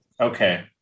Okay